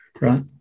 Right